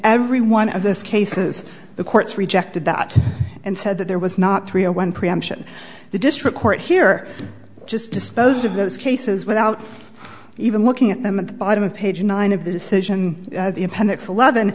every one of those cases the courts rejected that and said that there was not three zero one preemption the district court here just disposed of those cases without even looking at them at the bottom of page nine of the decision of the appendix eleven